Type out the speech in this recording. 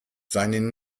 seinen